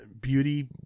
beauty